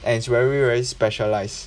and it's very very specialized